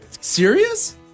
serious